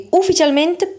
ufficialmente